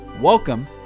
Welcome